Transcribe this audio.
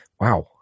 wow